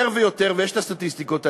יותר ויותר, ויש הסטטיסטיקות האלה,